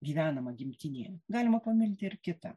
gyvenama gimtinėje galima pamilti ir kitą